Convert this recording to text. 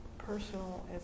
Personal